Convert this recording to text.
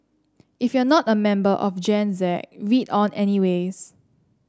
if you're not a member of Gen Z read on anyways